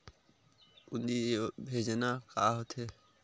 पूंजी भेजना का होथे?